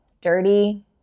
dirty